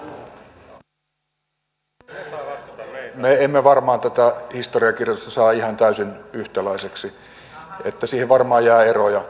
me emme varmaan tätä historiankirjoitusta saa ihan täysin yhtäläiseksi niin että siihen varmaan jää eroja